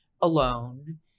alone